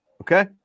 Okay